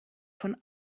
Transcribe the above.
von